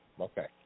Okay